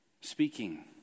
speaking